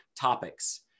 topics